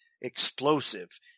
explosive